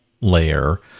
layer